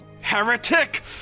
Heretic